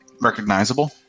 Recognizable